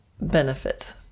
benefits